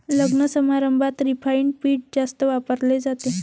लग्नसमारंभात रिफाइंड पीठ जास्त वापरले जाते